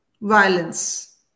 violence